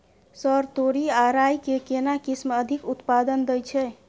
Sir तोरी आ राई के केना किस्म अधिक उत्पादन दैय छैय?